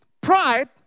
pride